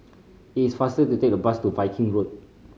is faster to take the bus to Viking Road